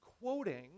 quoting